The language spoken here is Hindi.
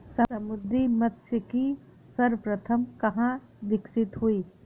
समुद्री मत्स्यिकी सर्वप्रथम कहां विकसित हुई?